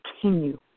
continue